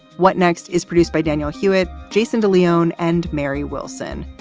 what next is produced by daniel hewitt, jason de leon and mary wilson.